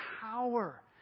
power